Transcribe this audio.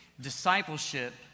discipleship